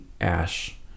ash